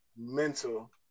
mental